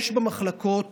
יש במחלקות